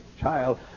child